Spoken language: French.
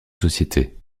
société